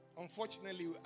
Unfortunately